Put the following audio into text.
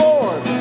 Lord